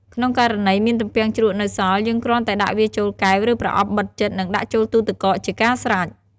ក្នុងករណី មានទំពាំងជ្រក់នៅសល់ យើងគ្រាន់តែដាក់វាចូលកែវ ឬប្រអប់បិទជិត និងដាក់ចូលទូទឹកកកជាការស្រេច។